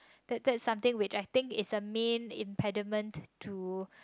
that that's something which I think is a main impediment to